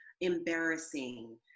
embarrassing